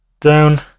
down